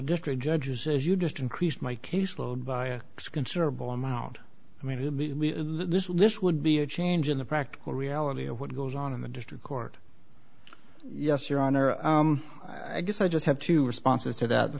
district judge who says you just increased my caseload by a considerable amount i mean this list would be a change in the practical reality of what goes on in the district court yes your honor i guess i just have two responses to that the